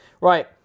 Right